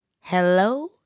Hello